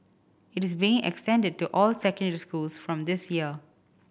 it is being extended to all secondary schools from this year